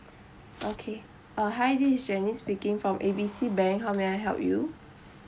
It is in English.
okay uh hi this is janice speaking from A B C bank how may I help you